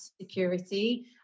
security